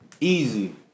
Easy